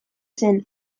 zen